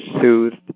soothed